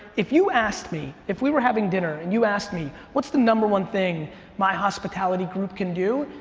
if you asked me, if we were having dinner and you asked me, what's the number one thing my hospitality group can do?